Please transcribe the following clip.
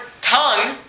tongue